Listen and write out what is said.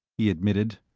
he admitted.